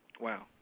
Wow